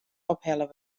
ophelle